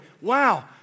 Wow